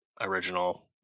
original